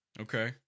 Okay